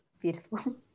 beautiful